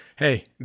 Hey